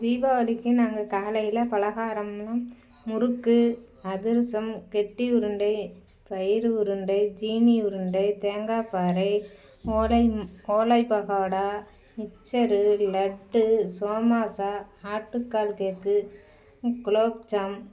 தீபாவளிக்கு நாங்கள் காலையில் பலகாரம்லாம் முறுக்கு அதிரசம் கெட்டி உருண்டை பயிறு உருண்டை ஜீனி உருண்டை தேங்காப் பாறை ஓலை ஓலை பகோடா மிச்சர் லட்டு சோமாசா ஆட்டுக்கால் கேக் குலோப்ஜாம்